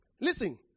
Listen